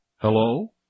Hello